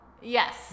Yes